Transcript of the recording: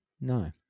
No